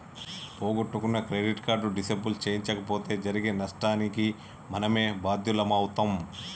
పోగొట్టుకున్న credit card disable చేయించకపోతే జరిగే నష్టానికి మనమే బాధ్యులమవుతం